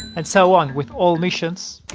and so on with all missions,